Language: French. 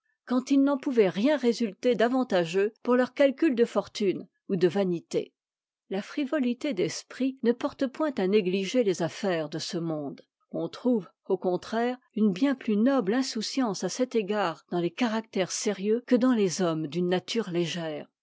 quand il n'en pouvait rien résulter d'avantageux pour leurs calculs de fortune ou de vanité la frivolité d'esprit ne porte point à négliger les affaires de ce monde on trouve au contraire une bien plus noble insouciance à cet égard dans les caractères sérieux que dans les hommes d'une nature égère